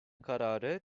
kararı